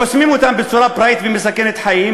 חוסמים אותם בצורה פראית ומסכנת חיים.